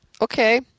Okay